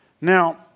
Now